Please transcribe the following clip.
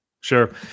Sure